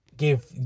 give